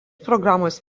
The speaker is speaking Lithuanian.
programos